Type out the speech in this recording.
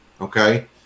Okay